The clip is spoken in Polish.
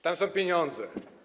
Tam są pieniądze.